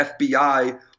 FBI